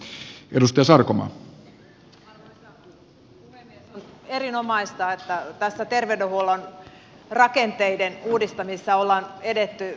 on erinomaista että tässä terveydenhuollon rakenteiden uudistamisessa on edetty